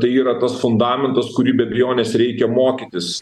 tai yra tas fundamentas kurį be abejonės reikia mokytis